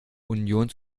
union